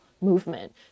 movement